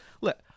look